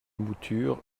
monture